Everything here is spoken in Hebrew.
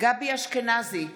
גבי אשכנזי,